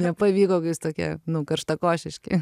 nepavyko kai jūs tokie nu karštakošiški